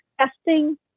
testing